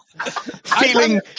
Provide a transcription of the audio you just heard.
feeling